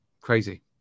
crazy